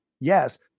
yes